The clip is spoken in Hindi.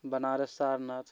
बनारस सारनाथ